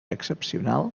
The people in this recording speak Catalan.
excepcional